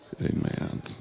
Amen